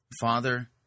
Father